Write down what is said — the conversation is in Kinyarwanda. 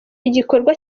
igikorwa